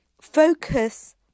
focus